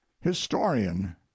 historian